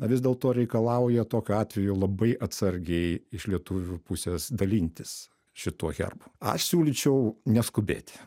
na vis dėlto reikalauja tokiu atveju labai atsargiai iš lietuvių pusės dalintis šituo herbu aš siūlyčiau neskubėti